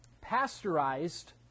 pasteurized